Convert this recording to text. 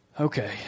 Okay